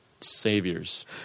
Saviors